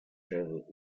traveled